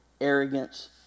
arrogance